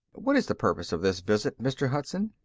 what is the purpose of this visit, mr. hudson?